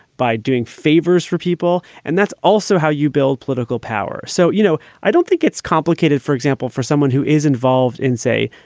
by doing favors for people. and that's also how you build political power. so, you know, i don't think it's complicated, for example, for someone who is involved in, say,